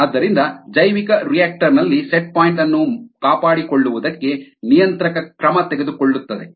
ಆದ್ದರಿಂದ ಜೈವಿಕರಿಯಾಕ್ಟರ್ ನಲ್ಲಿ ನಿರ್ದಿಷ್ಟ ಬಿಂದು ಅನ್ನು ಕಾಪಾಡಿಕೊಳ್ಳುವುದಕ್ಕೆ ನಿಯಂತ್ರಕ ಕ್ರಮ ತೆಗೆದುಕೊಳ್ಳುತ್ತದೆ